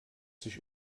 sich